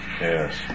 yes